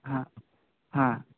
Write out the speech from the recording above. ಹಾಂ ಹಾಂ